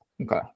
okay